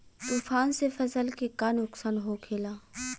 तूफान से फसल के का नुकसान हो खेला?